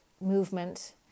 movement